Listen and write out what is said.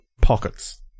pockets